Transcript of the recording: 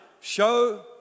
Show